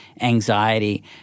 anxiety